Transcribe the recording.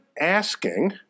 asking